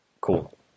cool